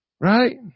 right